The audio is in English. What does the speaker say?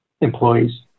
employees